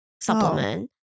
supplement